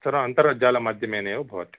सर्वं अन्तर्जालमाध्यमेनैव भवति